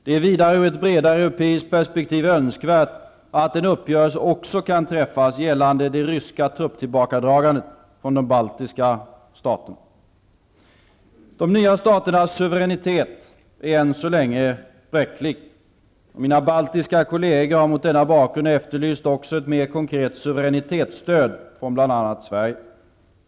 Det är vidare ur ett bredare europeiskt perspektiv önskvärt att en uppgörelse också kan träffas gällande det ryska trupptillbakadragandet från de baltiska staterna. De nya staternas suveränitet är än så länge bräcklig. Mina baltiska kolleger har mot denna bakgrund efterlyst också ett mer konkret suveränitetsstöd från bl.a. Sverige.